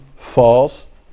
false